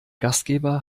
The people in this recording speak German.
gastgeber